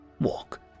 walk